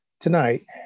tonight